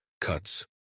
cuts